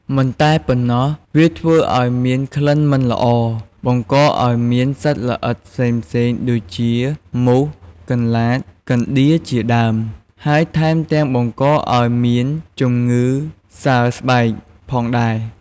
មិនតែប៉ុណ្ណោះវាធ្វើឲ្យមានក្លិនមិនល្អ បង្កឲ្យមានសត្វល្អិតផ្សេងៗដូចជា មូស កន្លាត កណ្តៀរជាដើម ហើយថែមទាំងបង្កឲ្យមានជំងឺសើស្បែកផងដែរ។